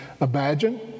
imagine